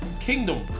Kingdom